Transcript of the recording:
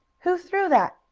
who threw that?